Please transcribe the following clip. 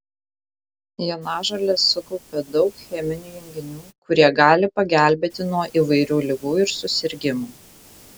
jonažolės sukaupia daug cheminių junginių kurie gali pagelbėti nuo įvairių ligų ir susirgimų